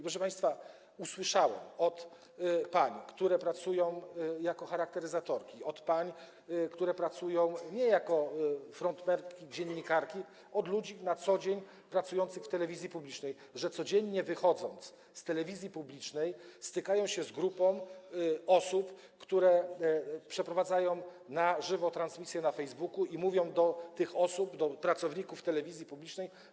Proszę państwa, usłyszałem od pań, które pracują jako charakteryzatorki, od pań, które pracują nie jako frontmenki, dziennikarki, od ludzi na co dzień pracujących w telewizji publicznej, że codziennie wychodząc z telewizji publicznej, stykają się z grupą osób, które przeprowadzają na żywo transmisje na Facebooku i mówią do tych osób, do pracowników telewizji publicznej: